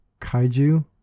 kaiju